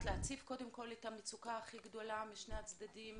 להציף את המצוקה הכי גדולה משני הצדדים.